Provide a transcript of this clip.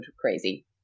crazy